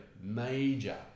major